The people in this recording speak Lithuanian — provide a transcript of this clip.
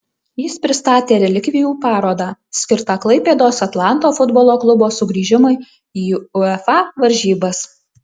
jis pristatė relikvijų parodą skirtą klaipėdos atlanto futbolo klubo sugrįžimui į uefa varžybas